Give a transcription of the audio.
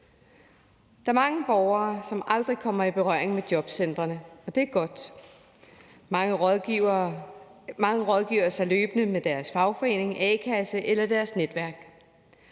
Der er mange borgere, som aldrig kommer i berøring med jobcentrene, og det er godt. Mange rådfører sig løbende med deres fagforening, a-kasse eller deres netværk.